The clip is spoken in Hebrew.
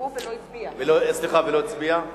ולא הצביע?